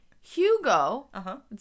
Hugo